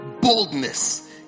boldness